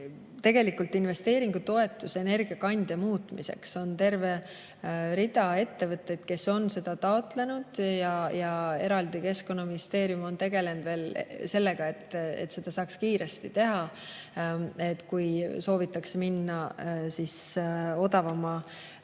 tegelikult investeeringutoetus energiakandja muutmiseks. On terve rida ettevõtteid, kes on seda taotlenud, ja eraldi Keskkonnaministeerium on tegelenud sellega, et seda saaks kiiresti teha, kui soovitakse minna odavama